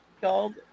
called